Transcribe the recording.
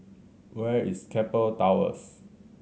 where is Keppel Towers